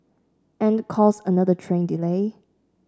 and cause another train delay